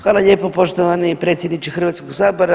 Hvala lijepa poštovani predsjedniče Hrvatskog sabora.